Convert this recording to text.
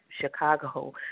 Chicago